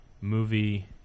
movie